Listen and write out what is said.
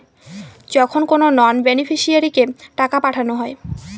যখন কোনো নন বেনিফিশিয়ারিকে টাকা পাঠানো হয়